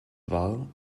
war